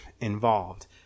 involved